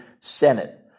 Senate